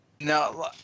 Now